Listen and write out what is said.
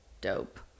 dope